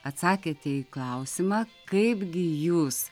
atsakėte į klausimą kaipgi jūs